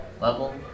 level